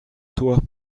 toit